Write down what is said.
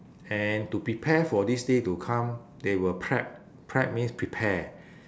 and to prepare for this day to come they will prep prep means prepare